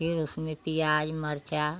फिर उसमें प्याज़ मिर्च